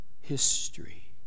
history